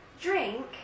drink